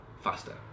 faster